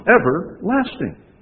everlasting